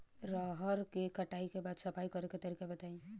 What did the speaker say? रहर के कटाई के बाद सफाई करेके तरीका बताइ?